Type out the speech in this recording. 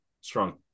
strong